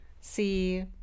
See